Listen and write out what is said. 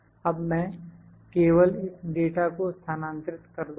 अब मैं केवल इस डाटा को स्थानांतरित कर दूँगा